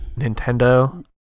Nintendo